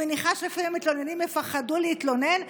מניחה שלפעמים המתלוננים יפחדו להתלונן,